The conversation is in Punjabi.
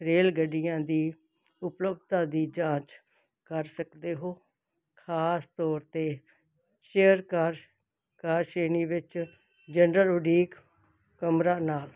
ਰੇਲ ਗੱਡੀਆਂ ਦੀ ਉਪਲੱਬਧਤਾ ਦੀ ਜਾਂਚ ਕਰ ਸਕਦੇ ਹੋ ਖਾਸ ਤੌਰ 'ਤੇ ਚੇਅਰ ਕਾਰ ਕਾਰ ਸ਼੍ਰੇਣੀ ਵਿੱਚ ਜਨਰਲ ਉਡੀਕ ਕਮਰਾ ਨਾਲ